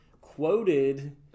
quoted